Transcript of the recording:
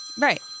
Right